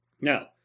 Now